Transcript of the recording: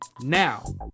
Now